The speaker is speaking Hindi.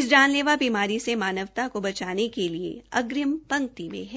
इस जनलेवा बीमारी से मानवता को बचाने के लिए अग्रिम पंक्ति में है